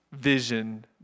vision